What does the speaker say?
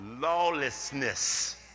lawlessness